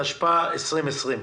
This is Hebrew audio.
התשפ"א-2020.